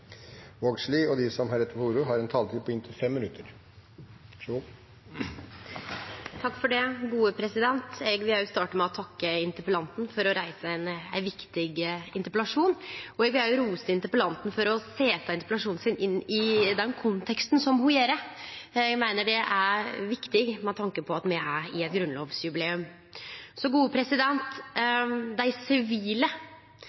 Eg vil òg starte med å takke interpellanten for å reise ein viktig interpellasjon, og eg vil rose interpellanten for å setje interpellasjonen sin i den konteksta som ho gjer. Eg meiner det er viktig med tanke på at me er i eit